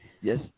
yes